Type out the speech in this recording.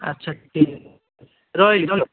ଆଛା ଠିକ୍ ରହିଲି